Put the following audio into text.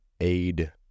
aid